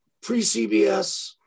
pre-CBS